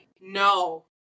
No